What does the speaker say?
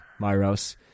Myros